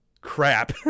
crap